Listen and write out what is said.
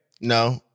No